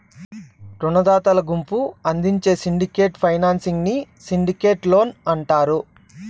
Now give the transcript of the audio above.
రునదాతల గుంపు అందించే సిండికేట్ ఫైనాన్సింగ్ ని సిండికేట్ లోన్ అంటారు